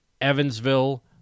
Evansville